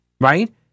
right